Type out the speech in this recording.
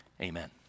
Amen